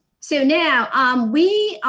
so now um we are,